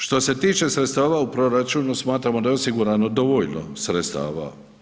Što se tiče sredstava u proračunu, smatramo da je osigurano dovoljno sredstava.